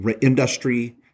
industry